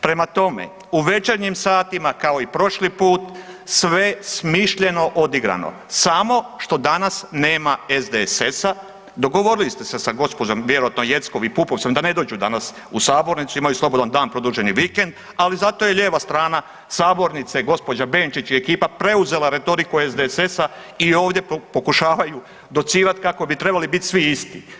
Prema tome, u večernjim satima kao i prošli put sve smišljeno odigrano, samo što danas nema SDSS-a, dogovorili ste se sa gospođom vjerojatno Jeckov i Pupovcem da ne dođu danas u sabornicu, imaju slobodni dan produženi vikend, ali zato je lijeva strana sabornice gospođa Benčić i ekipa preuzela retoriku SDSS-a i ovdje pokušavaju docirati kako bi trebali biti svi isti.